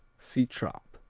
see trappe.